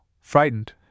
frightened